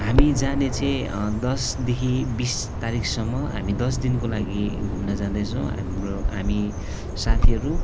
हामी जाने चाहिँ दसदेखि बिस तारिकसम्म हामी दस दिनको लागि घुम्न जाँदैछौँ हाम्रो हामी साथीहरू